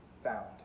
found